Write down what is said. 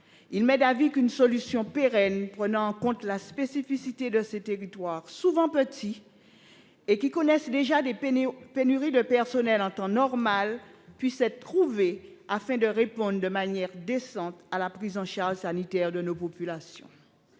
il m'est d'avis qu'une solution pérenne prenant en compte la spécificité de ces territoires, souvent petits et déjà soumis à des pénuries de personnel en temps normal, doit être trouvée afin de répondre de manière décente à la prise en charge sanitaire des populations.